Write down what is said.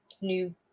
new